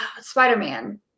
Spider-Man